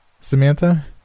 Samantha